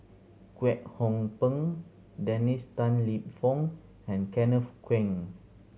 Kwek Hong Png Dennis Tan Lip Fong and Kenneth Keng